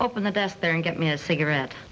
open the best there and get me a cigarette